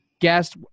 guest